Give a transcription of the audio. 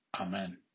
Amen